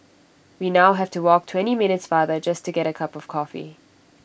we now have to walk twenty minutes farther just to get A cup of coffee